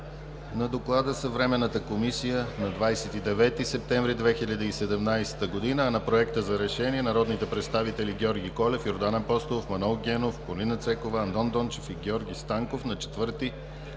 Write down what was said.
на доклада е Временната комисия на 29 септември 2017 г., а на Проекта за решение – народните представители Георги Колев, Йордан Апостолов, Манол Генов, Полина Цанкова, Андон Дончев и Георги Станков на 4